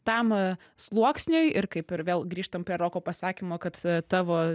tam sluoksniui ir kaip ir vėl grįžtam prie roko pasakymo kad tavo